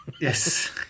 Yes